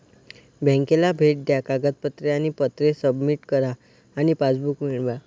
बँकेला भेट द्या कागदपत्रे आणि पत्रे सबमिट करा आणि पासबुक मिळवा